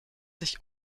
sich